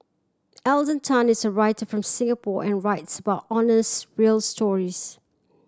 Alden Tan is a writer from Singapore and writes about honest real stories